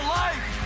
life